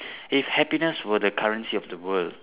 if happiness were the currency of the world